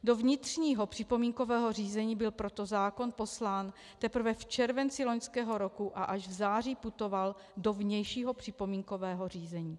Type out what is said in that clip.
Do vnitřního připomínkového řízení byl proto zákon poslán teprve v červenci loňského roku a až v září putoval do vnějšího připomínkového řízení.